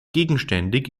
gegenständig